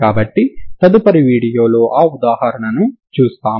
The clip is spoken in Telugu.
కాబట్టి తదుపరి వీడియోలో ఆ ఉదాహరణను చూస్తాము